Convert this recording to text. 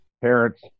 parents